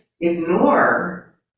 ignore